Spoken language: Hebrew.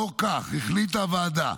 לאור כך, החליטה הוועדה,